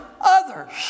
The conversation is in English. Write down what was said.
others